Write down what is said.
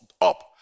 up